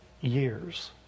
years